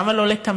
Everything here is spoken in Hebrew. למה לא לתמיד?